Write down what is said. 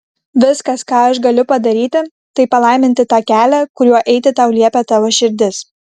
viskas ką aš galiu padaryti tai palaiminti tą kelią kuriuo eiti tau liepia tavo širdis